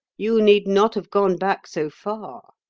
you need not have gone back so far.